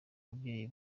ababyeyi